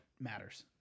matters